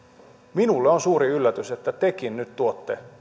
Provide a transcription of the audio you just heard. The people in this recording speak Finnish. minulle on suuri yllätys että tekin nyt tuotte